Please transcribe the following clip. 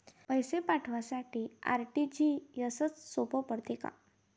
पैसे पाठवासाठी आर.टी.जी.एसचं सोप पडते का?